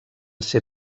ser